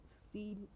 feel